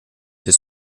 ses